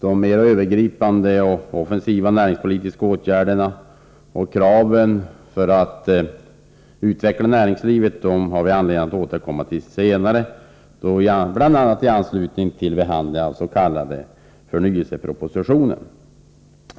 De mera övergripande och offensiva näringspolitiska åtgärderna och kraven för att utveckla näringslivet har vi anledning att återkomma till senare, bl.a. i anslutning till behandlingen av den s.k. förnyelsepropositionen.